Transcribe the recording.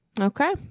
okay